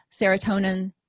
serotonin